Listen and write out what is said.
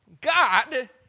God